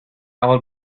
old